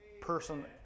person